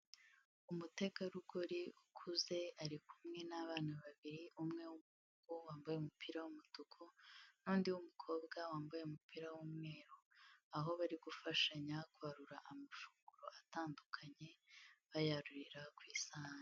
Umutegarugori ukuze ari kumwe n'abana babiri, umwe w'umuhungu wambaye umupira w'umutuku n'undi w'umukobwa wambaye umupira w'umweru, aho bari gufashanya kwarura amafunguro atandukanye, bayarurira ku isahani.